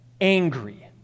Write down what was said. Angry